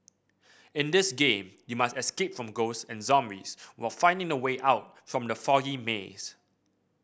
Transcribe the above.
in this game you must escape from ghosts and zombies while finding the way out from the foggy maze